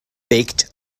baked